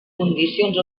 condicions